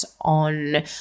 on